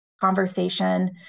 conversation